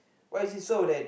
why is it so that